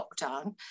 lockdown